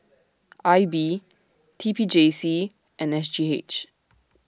I B T P J C and S G H